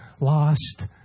lost